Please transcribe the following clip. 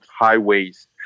highways